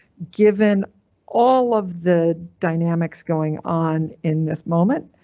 given all of the dynamics going on in this moment,